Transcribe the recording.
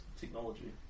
technology